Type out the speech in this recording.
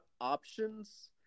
options